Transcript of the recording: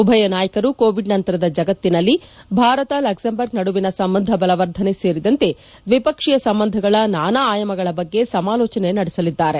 ಉಭಯ ನಾಯಕರು ಕೋವಿಡ್ ನಂತರದ ಜಗತ್ತಿನಲ್ಲಿ ಭಾರತ ಲಕ್ಷೆಂಬರ್ಗ್ ನಡುವಿನ ಸಂಬಂಧ ಬಲವರ್ಧನೆ ಸೇರಿದಂತೆ ದ್ವೀಪಕ್ಷೀಯ ಸಂಬಂಧಗಳ ನಾನಾ ಆಯಾಮಗಳ ಬಗ್ಗೆ ಸಮಾಲೋಚನೆ ನಡೆಸಲಿದ್ದಾರೆ